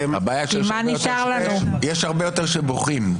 הבעיה היא שיש הרבה יותר שבוכים.